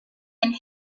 and